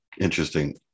Interesting